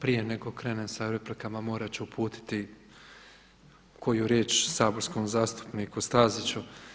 Prije nego krenem sa replikama morat ću uputiti koju riječ saborskom zastupniku Staziću.